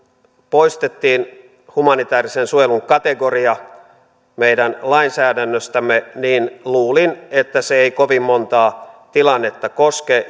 poistettiin humanitäärisen suojelun kategoria meidän lainsäädännöstämme niin luulin että se ei kovin monta tilannetta koske